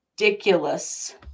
ridiculous